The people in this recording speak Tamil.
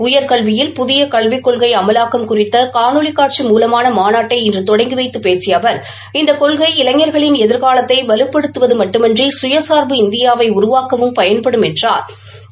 உயர்கல்வியில் புதிய கல்விக் கொள்கை அமலாக்கம் குறித்த காணொலி காட்சி மூலமான மாநாட்டை இன்று தொடங்கி வைத்து பேசிய அவர் இந்த கொள்கை இளைஞர்களின் எதிர்காலத்தை வலுப்படுத்துவது மட்டுமன்றி சுயசாா்பு இந்தியாவை உருவாக்கவும் பயன்படும் என்றாா்